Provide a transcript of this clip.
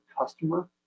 customer